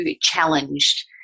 challenged